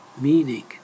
meaning